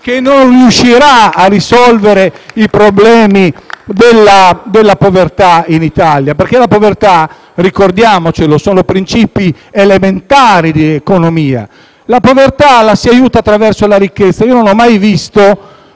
che non riuscirà a risolvere i problemi della povertà in Italia, perché la povertà - ricordiamo che sono princìpi elementari di economia - si aiuta attraverso la ricchezza. Non ho mai visto